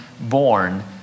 born